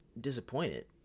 disappointed